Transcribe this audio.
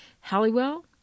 Halliwell